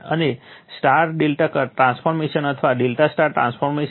અને Y ∆ transformation અથવા ∆ Y transformation